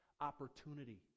opportunity